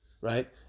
right